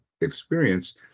experience